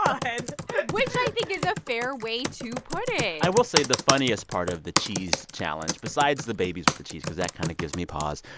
god which i think is a fair way to put it i will say the funniest part of the cheesedchallenge besides the babies with the cheese because that kind of gives me pause.